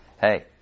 hey